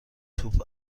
توپ